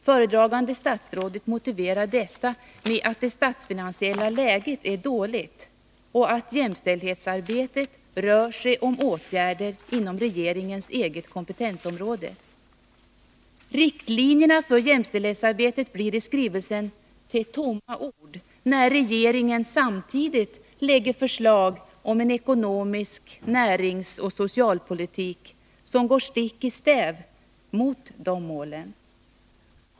Föredragande statsrådet motiverar detta med att det statsfinansiella läget är dåligt och att jämställdhetsarbetet rör sig om åtgärder inom regeringens eget kompetensområde. Riktlinjerna för jämställdhetsarbetet blir i skrivelsen till tomma ord när regeringen samtidigt lägger fram förslag om en finans-, näringsoch socialpolitik som går stick i stäv mot dessa mål.